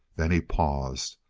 then he paused,